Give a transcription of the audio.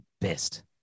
best